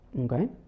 Okay